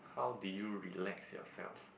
how did you relax yourself